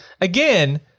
Again